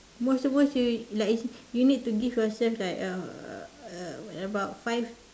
most to most you like I say you need to give yourself like a uh what about five